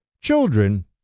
children